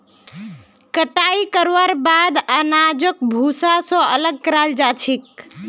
कटाई करवार बाद अनाजक भूसा स अलग कराल जा छेक